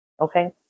Okay